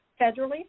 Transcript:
federally